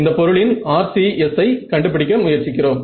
இந்தப் பொருளின் RCS ஐ கண்டுபிடிக்க முயற்சிக்கிறோம்